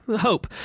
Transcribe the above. Hope